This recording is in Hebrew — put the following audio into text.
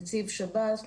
נציב שב"ס,